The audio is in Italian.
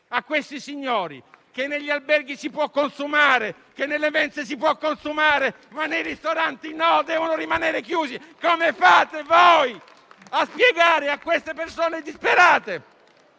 a questi signori che negli alberghi si può consumare, che nelle mense si può consumare, ma nei ristoranti no, perché devono rimanere chiusi? Come fate a spiegarlo a queste persone disperate?